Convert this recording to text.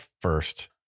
first